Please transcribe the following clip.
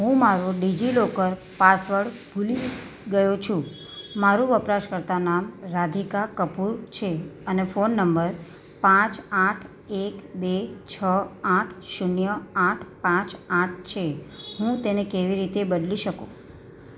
હું મારો DigiLocker password ભૂલી ગયો છું મારું વપરાશકર્તા નામ રાધિકા કપૂર છે અને ફોન નંબર પાંચ આઠ એક બે છ આઠ શૂન્ય આઠ પાંચ આઠ છે હું તેને કેવી રીતે બદલી શકું